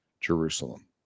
Jerusalem